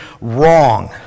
wrong